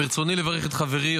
ברצוני לברך את חברי,